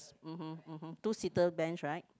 mmhmm mmhmm two seater bench right